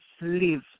live